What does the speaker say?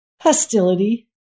hostility